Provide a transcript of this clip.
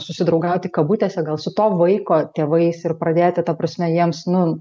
susidraugauti kabutėse gal su to vaiko tėvais ir pradėti ta prasme jiems nu